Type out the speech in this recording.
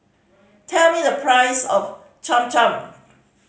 tell me the price of Cham Cham